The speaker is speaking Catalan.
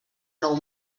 nou